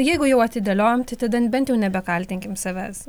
jeigu jau atidėliojam tai tada bent jau nebekaltinkim savęs